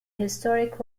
historic